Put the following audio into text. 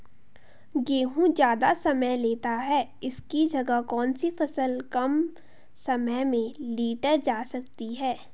गेहूँ ज़्यादा समय लेता है इसकी जगह कौन सी फसल कम समय में लीटर जा सकती है?